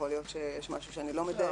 יכול להיות שיש משהו שאני לא מדייקת,